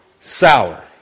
sour